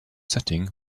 setting